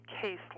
case